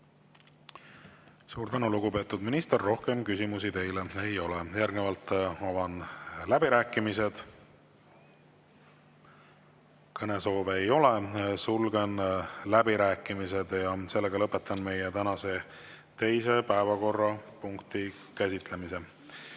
Suur tänu, lugupeetud minister! Rohkem küsimusi teile ei ole. Järgnevalt avan läbirääkimised. Kõnesoove ei ole. Sulgen läbirääkimised. Lõpetan meie tänase teise päevakorrapunkti käsitlemise.